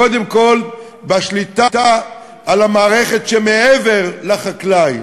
קודם כול בשליטה על המערכת שמעבר לחקלאי.